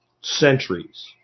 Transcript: centuries